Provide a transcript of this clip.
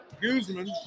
Guzman